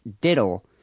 diddle